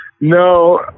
No